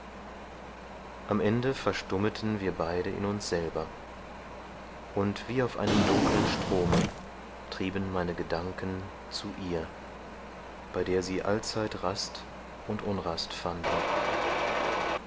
am ende verstummten wir beide in uns selber und wie auf einem dunkeln strome trieben meine gedanken zu ihr bei der sie allzeit rast und unrast fanden